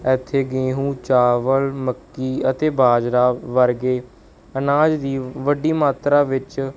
ਇੱਥੇ ਗੇਹੂੰ ਚਾਵਲ ਮੱਕੀ ਅਤੇ ਬਾਜਰਾ ਵਰਗੇ ਅਨਾਜ ਦੀ ਵੱਡੀ ਮਾਤਰਾ ਵਿੱਚ